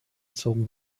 gezogen